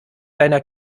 deiner